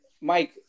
Mike